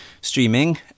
streaming